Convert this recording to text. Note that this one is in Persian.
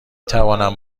توانم